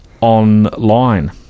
online